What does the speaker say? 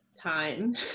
time